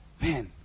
man